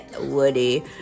woody